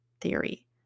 theory